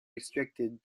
restricted